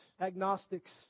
agnostics